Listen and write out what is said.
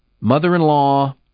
mother-in-law